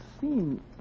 seen